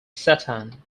satan